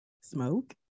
smoke